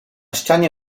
ścianie